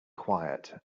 quiet